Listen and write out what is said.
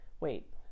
Wait